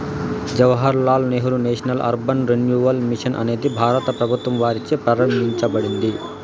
Jawahar Lal Nehru National Urban Renewal Mission అనేది భారత ప్రభుత్వం వారిచే ప్రారంభించబడింది